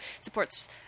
supports